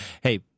Hey